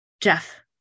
Jeff